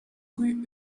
rue